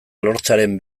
lortzearen